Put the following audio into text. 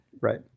Right